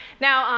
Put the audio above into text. now,